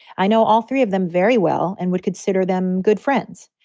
i know all three of them very well and would consider them good friends.